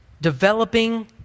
Developing